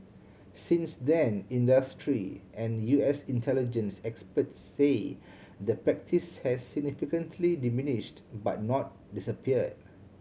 since then industry and U S intelligence experts say the practice has significantly diminished but not disappeared